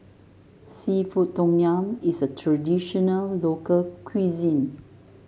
seafood Tom Yum is a traditional local cuisine